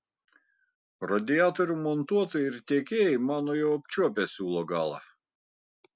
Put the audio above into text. radiatorių montuotojai ir tiekėjai mano jau apčiuopę siūlo galą